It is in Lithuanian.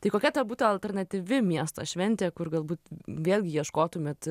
tai kokia ta būtų alternatyvi miesto šventė kur galbūt vėlgi ieškotumėt